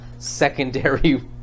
Secondary